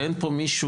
אין פה מישהו,